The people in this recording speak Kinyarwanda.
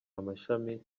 amashami